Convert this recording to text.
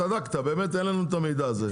צדקת, באמת אין לנו את המידע הזה.